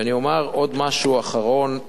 ואני אומר עוד משהו אחרון,